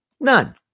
None